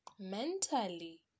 mentally